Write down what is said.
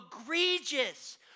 egregious